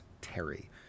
Terry